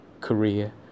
career